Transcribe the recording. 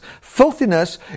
Filthiness